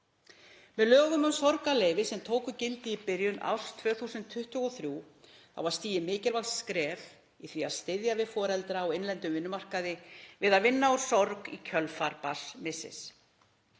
Með lögum um sorgarleyfi sem tóku gildi í byrjun árs 2023 var stigið mikilvægt skref í því að styðja við foreldra á innlendum vinnumarkaði við að vinna úr sorg í kjölfar barnsmissis.